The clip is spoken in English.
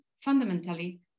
fundamentally